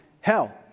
hell